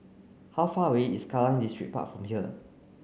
how far away is Kallang Distripark from here